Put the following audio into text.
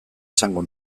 esango